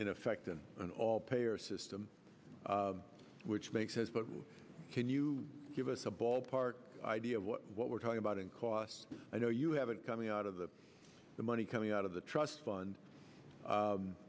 in effect in an all payer system which makes sense but can you give us a ballpark idea of what what we're talking about and costs i know you have it coming out of the the money coming out of the trust fund